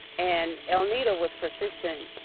and elnita was persistent